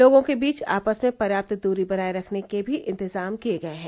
लोगों के बीच आपस में पर्याप्त दूरी बनाए रखने के भी इंतजाम किए गए हैं